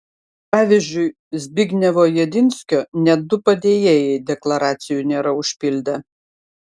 pavyzdžiui zbignevo jedinskio net du padėjėjai deklaracijų nėra užpildę